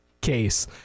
case